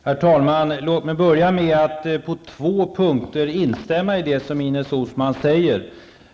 Herr talman! Låt mig börja med att på två punkter instämma i det som Ines Uusmann säger.